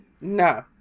No